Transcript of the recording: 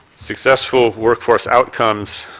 successful workforce outcomes.